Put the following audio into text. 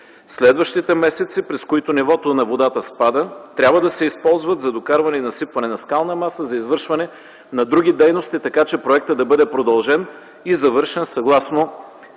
Следващите месеци, през които нивото на водата спада, трябва да се използват за докарване и насипване на скална маса за извършване на други дейности, така че проектът да бъде продължен и завършен съгласно